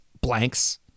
Blanks